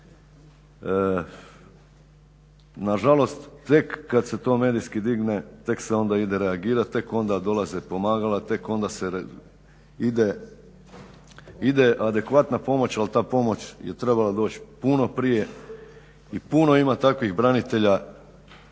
Nažalost tek kad se to medijski digne tek se onda ide reagirat, tek onda dolaze pomagala, tek onda se ide adekvatna pomoć ali ta pomoć je trebala doći puno prije i puno ima takvih branitelja